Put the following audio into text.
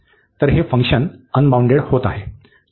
तर हे function unbounded होत आहे